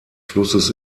flusses